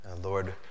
Lord